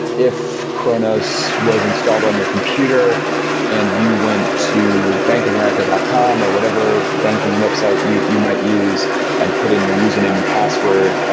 if kronos was installed on your computer and you went to bankofamerica dot com or whatever banking website you you might use and put in your username and password,